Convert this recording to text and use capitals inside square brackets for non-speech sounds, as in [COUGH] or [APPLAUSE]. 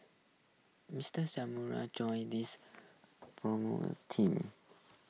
Mister [UNINTELLIGIBLE] joined this [UNINTELLIGIBLE] team